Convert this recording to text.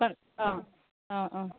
অঁ অঁ অঁ